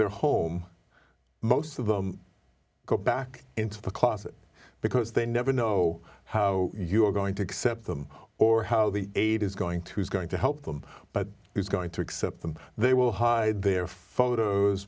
their home most of them go back into the closet because they never know how you are going to accept them or how the aid is going to is going to help them but who's going to accept them they will hide their photos